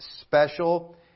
special